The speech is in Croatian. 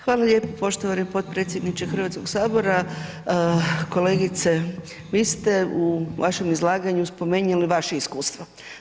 Hvala lijepo poštovani potpredsjedniče Hrvatskoga sabora, kolegice vi ste u vašem izlaganju spomenuli vaše iskustvo.